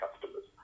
customers